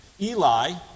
Eli